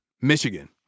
Michigan